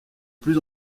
plus